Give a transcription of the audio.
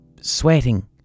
sweating